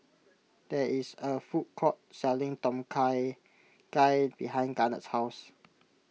there is a food court selling Tom Kha Gai behind Garnett's house